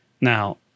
Now